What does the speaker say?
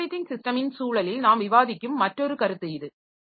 இந்த ஆப்ரேட்டிங் சிஸ்டமின் சூழலில் நாம் விவாதிக்கும் மற்றொரு கருத்து இது